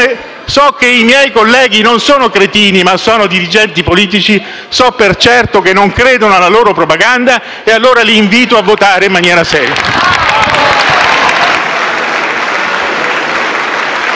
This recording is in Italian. so che i miei colleghi non sono cretini, ma sono dirigenti politici, so per certo che non credono alla loro propaganda e allora li invito a votare in maniera seria.